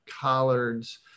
collards